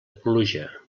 pluja